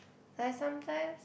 like sometimes